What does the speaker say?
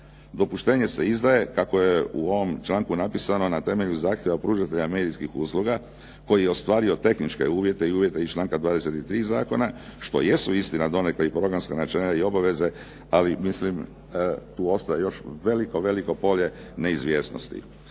Dopuštenje se izdaje, kako je u ovom članku napisano na temelju zahtjeva pružatelja medijskih usluga koji je ostvario tehničke uvjete i uvjete iz članka 23. zakona, što jesu istina donekle i programska …/Govornik se ne razumije./… i obaveze, ali mislim tu ostaje veliko, veliko polje neizvjesnosti.